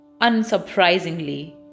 unsurprisingly